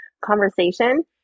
conversation